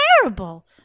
terrible